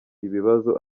ibibazo